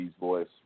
voice